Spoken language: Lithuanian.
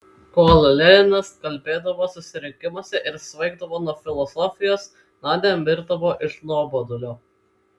kol leninas kalbėdavo susirinkimuose ir svaigdavo nuo filosofijos nadia mirdavo iš nuobodulio